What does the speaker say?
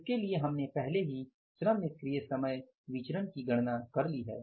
उसके लिए हमने पहले ही श्रम निष्क्रिय समय विचरण की गणना कर ली है